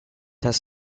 has